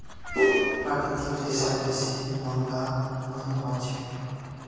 प्राकृतिक रेशा बेसी महंगा नइ ह छेक